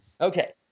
Okay